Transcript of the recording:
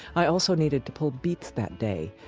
i also needed to pull beets that day,